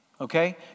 okay